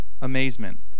Amazement